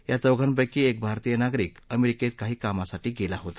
या चौघांपैकी एक भारतीय नागरिक अमेरिकेत काही कामासाठी गेला होता